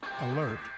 Alert